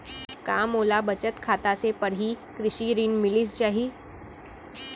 का मोला बचत खाता से पड़ही कृषि ऋण मिलिस जाही?